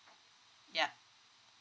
ya